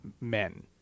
men